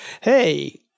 hey